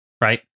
right